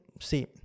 see